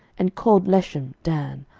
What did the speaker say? and called leshem, dan,